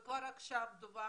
כבר עכשיו דיווח